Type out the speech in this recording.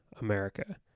America